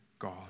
god